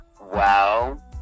Wow